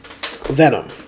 Venom